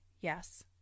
Yes